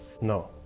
No